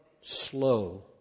slow